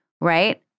right